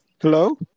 Hello